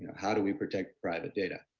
how do we protect private data.